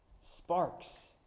sparks